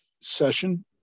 session